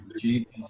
Jesus